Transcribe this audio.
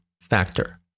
factor